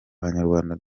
abanyarwanda